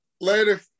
Later